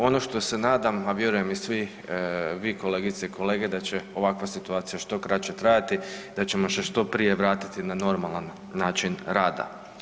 Ono što se nadam, a vjerujem i svi vi kolegice i kolege da će ovakva situacija što kraće trajati i da ćemo se što prije vratiti na normalan način rada.